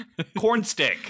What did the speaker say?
Cornstick